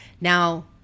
Now